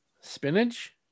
spinach